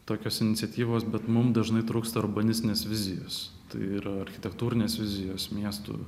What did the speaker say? tokios iniciatyvos bet mum dažnai trūksta urbanistinės vizijos ir architektūrinės vizijos miestų